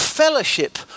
Fellowship